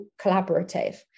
collaborative